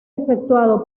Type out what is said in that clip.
efectuado